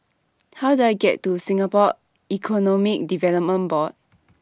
How Do I get to Singapore Economic Development Board